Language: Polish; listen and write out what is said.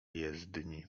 jezdni